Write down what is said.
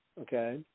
Okay